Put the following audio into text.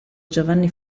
giovanni